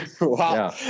Wow